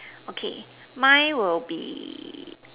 okay mine will be